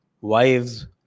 wives